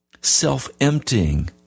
self-emptying